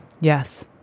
Yes